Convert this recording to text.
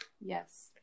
yes